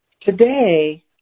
Today